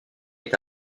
est